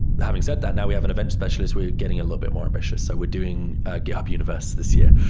having said that, now we have an event specialist. we're getting a little bit more ambitious. so we're doing github universe this year,